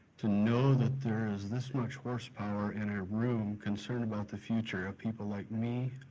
to know that there is this much horsepower in a room concerned about the future of people like me,